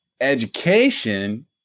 education